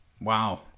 Wow